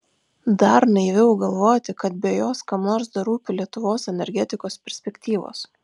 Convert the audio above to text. dar naiviau galvoti kad be jos kam nors dar rūpi lietuvos energetikos perspektyvos